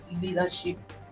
leadership